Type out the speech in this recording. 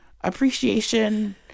appreciation